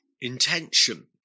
intention